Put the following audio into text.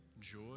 joy